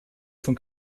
von